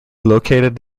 located